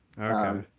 Okay